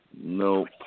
Nope